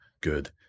good